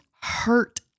hurt